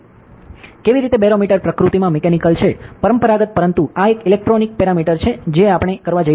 કેવી રીતે બેરોમીટર પ્રકૃતિમાં મિકેનિકલ છે પરંપરાગત પરંતુ આ એક ઇલેક્ટ્રોનિક પેરમીટર છે જે આપણે કરવા જઈશું